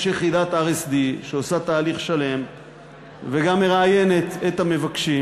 יש יחידת RSD שעושה תהליך שלם וגם מראיינת את המבקשים,